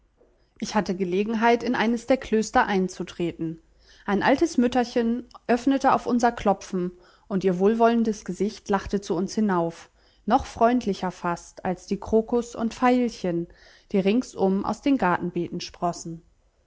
ich hatte gelegenheit in eines der klöster einzutreten ein altes mütterchen öffnete auf unser klopfen und ihr wohlwollendes gesicht lachte zu uns hinauf noch freundlicher fast als die krokus und veilchen die ringsum aus den gartenbeeten sprossen